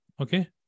okay